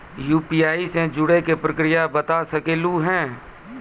UPI से जुड़े के प्रक्रिया बता सके आलू है?